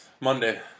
Monday